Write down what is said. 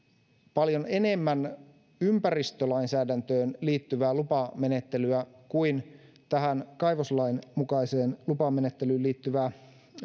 paljon enemmän ympäristölainsäädäntöön liittyvää lupamenettelyä kuin kaivoslain mukaiseen lupamenettelyyn liittyvää